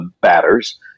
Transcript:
batters